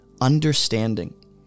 understanding